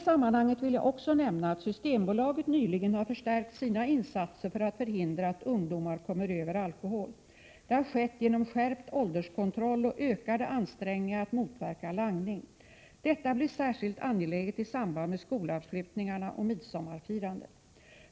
I sammanhanget vill jag också nämna att Systembolaget nyligen har förstärkt sina insatser för att förhindra att ungdomar kommer över alkohol. Det har skett genom skärpt ålderskontroll och ökade ansträngningar att motverka langning. Detta blir särskilt angeläget i samband med skolavslutningarna och midsommarfirandet.